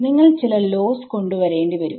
നിങ്ങൾ ചില ലോസ്സ് കൊണ്ട് വരേണ്ടിവരും